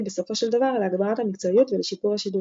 בסופו של דבר להגברת המקצועיות ולשיפור השידורים.